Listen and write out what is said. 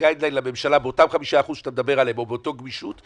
guideline לממשלה באותם 5% שאתה מדבר עליהם או באותה גמישות,